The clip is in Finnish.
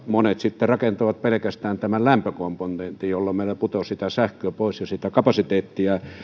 monet sitten rakentavat pelkästään tämän lämpökomponentin jolloin meillä putoaa sitä sähköä pois ja sitä kapasiteettia